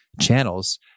channels